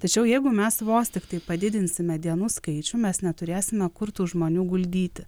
tačiau jeigu mes vos tiktai padidinsime dienų skaičių mes neturėsime kur tų žmonių guldyti